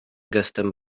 gestem